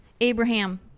Abraham